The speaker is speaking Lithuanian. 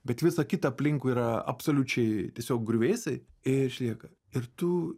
bet visa kita aplinkui yra absoliučiai tiesiog griuvėsiai išlieka ir tu